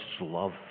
love